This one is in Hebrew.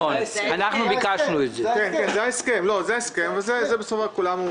זה חלק מן ההסכם.